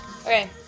Okay